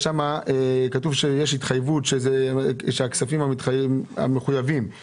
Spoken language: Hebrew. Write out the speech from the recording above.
כתוב שיש התחייבות לגבי הכספים המחויבים, ואגב,